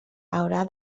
haurà